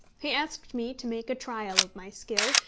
he asked me to make a trial of my skill,